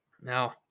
Now